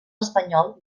espanyol